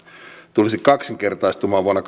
tulisi kaksinkertaistumaan vuonna